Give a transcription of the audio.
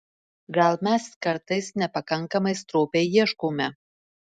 gal mes kartais nepakankamai stropiai ieškome